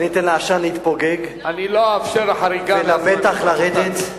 אני אתן לעשן להתפוגג ולמתח לרדת,